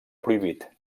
prohibit